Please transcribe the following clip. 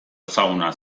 ezaguna